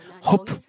hope